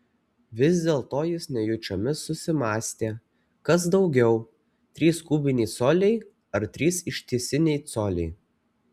vis dėlto jis nejučiomis susimąstė kas daugiau trys kubiniai coliai ar trys ištisiniai coliai